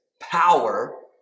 power